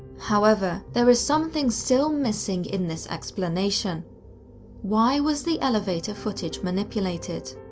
however, there is something still missing in this explanation why was the elevator footage manipulated?